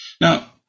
Now